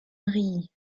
reilly